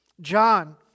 John